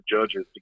judges